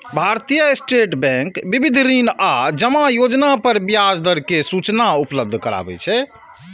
भारतीय State Bank विविध ऋण आ जमा योजना पर ब्याज दर के सूचना उपलब्ध कराबै छै